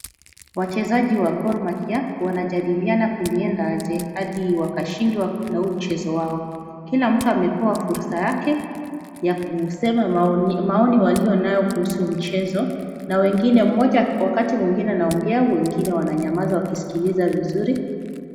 Wachezaji wa Gor Mahia wanajadiliana kulienda aje hadi wakashindwa na huu mchezo wao. Kila mtu amepewa fursa yake, ya kusema maoni walio nayo kuhusu mchezo na wengine, wakati mmoja anaongea, wengine wananyamaza wakisikiliza vizuri.